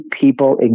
people